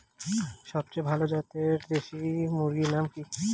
সবচেয়ে ভালো জাতের দেশি মুরগির নাম কি?